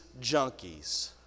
junkies